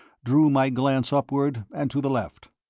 drew my glance upward and to the left.